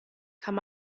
kann